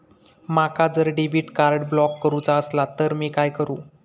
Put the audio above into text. माका जर debit card block करूचा असला तर मी काय करू?